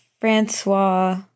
Francois